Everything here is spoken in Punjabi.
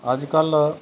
ਅੱਜ ਕੱਲ੍ਹ